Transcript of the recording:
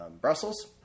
Brussels